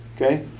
Okay